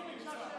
יואב.